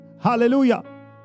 hallelujah